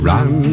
Run